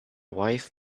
wife